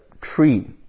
tree